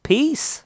Peace